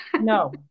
No